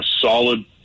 solid